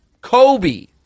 Kobe